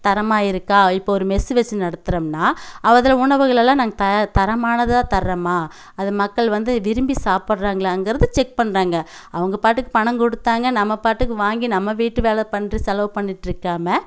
தரமாக இருக்கா இப்போ ஒரு மெஸ்ஸு வச்சி நடத்துகிறோம்னா அவ் அதில் உணவுகள் எல்லாம் நாங்க த தரமானதாக தர்றோமா அது மக்கள் வந்து விரும்பி சாப்புடுறாங்களாங்கிறது செக் பண்ணுறாங்க அவங்க பாட்டுக்கு பணம் கொடுத்தாங்க நம்ம பாட்டுக்கு வாங்கி நம்ம வீட்டில் வேலை பண்ணுற செலவு பண்ணிட்டுருக்காம